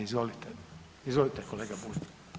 Izvolite, izvolite kolega Bulj.